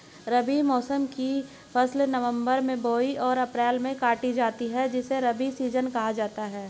रबी मौसम की फसल नवंबर में बोई और अप्रैल में काटी जाती है जिसे रबी सीजन कहा जाता है